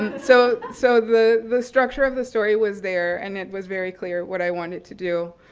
and so so the the structure of the story was there and it was very clear what i wanted to do.